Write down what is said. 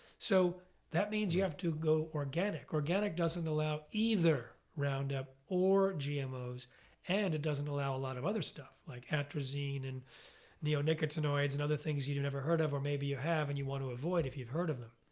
so that means you have to go organic. organic doesn't allow either roundup or gmos and it doesn't allow a lot of other stuff like atrazine and neonicotinoids and other things you you never heard of or maybe you have and you want to avoid if you've heard of them.